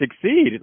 succeed